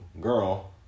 girl